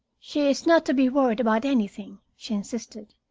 she is not to be worried about anything, she insisted.